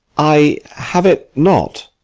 i have it not.